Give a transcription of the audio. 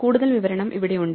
കൂടുതൽ വിവരണം ഇവിടെയുണ്ട്